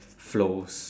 flows